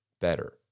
better